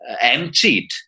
emptied